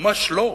ממש לא.